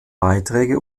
beiträge